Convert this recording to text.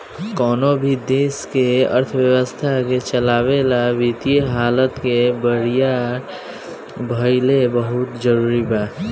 कवनो भी देश के अर्थव्यवस्था के चलावे ला वित्तीय हालत के बरियार भईल बहुते जरूरी बा